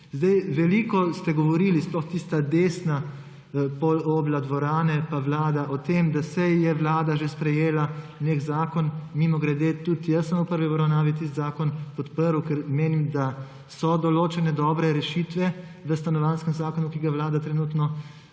Veliko ste govorili, sploh tista desna polobla dvorane pa Vlada, o tem, da saj je Vlada že sprejela nek zakon. Mimogrede, tudi jaz sem v prvi obravnavi tisti zakon podprl, ker menim, da so določene dobre rešitve v stanovanjskem zakonu, ki ga Državni zbor trenutno